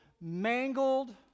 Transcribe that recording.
mangled